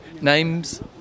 names